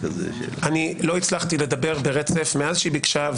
אני לא הצלחתי לדבר ברצף מאז שהיא ביקשה,